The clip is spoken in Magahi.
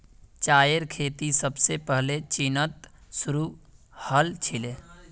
चायेर खेती सबसे पहले चीनत शुरू हल छीले